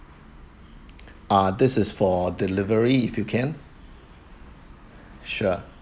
ah this is for delivery if you can sure